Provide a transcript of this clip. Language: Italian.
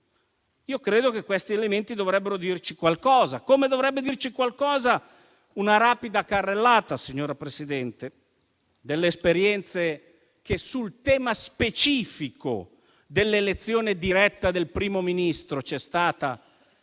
Io credo che questi elementi dovrebbero dirci qualcosa. Come dovrebbe dirci qualcosa una rapida carrellata delle esperienze che ci sono state sul tema specifico dell'elezione diretta del Primo Ministro in quel